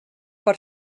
per